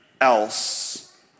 else